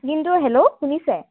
কিন্তু হেল্ল শুনিছে